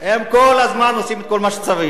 כל הזמן הם עושים את כל מה שצריך.